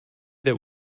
that